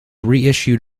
reissued